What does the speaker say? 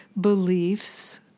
beliefs